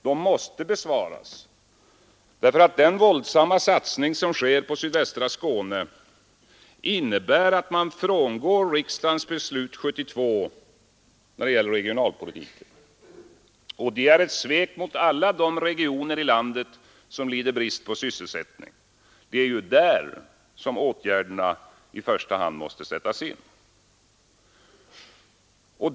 De måste besvaras, därför att den våldsamma satsning som sker på sydvästra Skåne innebär att man frångår riksdagens beslut 1972 när det gäller regionalpolitiken. Det är ett svek mot alla de regioner i landet som lider brist på sysselsättning. Det är ju där som åtgärderna i första hand måste sättas in.